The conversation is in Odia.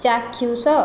ଚାକ୍ଷୁଷ